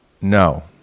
No